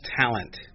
talent